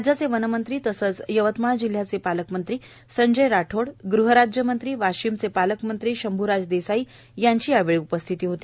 राज्याचे वनमंत्री तसंच यवतमाळ जिल्ह्याचे पालकमंत्री संजय राठोड गृहराज्यमंत्री वाशिमचे पालकमंत्री शंभुराज देसाई यांची उपस्थिती होती